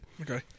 Okay